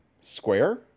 square